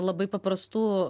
labai paprastų